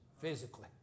physically